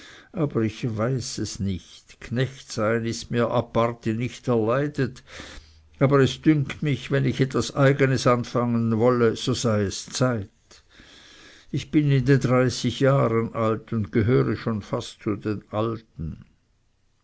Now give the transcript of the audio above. aber ich weiß es nicht knecht sein ist mir aparti nicht erleidet aber es dünkt mich wenn ich etwas eigenes anfangen wolle so sei es zeit ich bin in den dreißig jahren alt und gehöre schon fast zu den alten